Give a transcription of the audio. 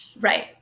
Right